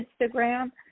Instagram